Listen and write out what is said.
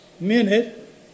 minute